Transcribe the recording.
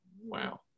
wow